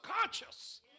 conscious